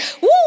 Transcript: Woo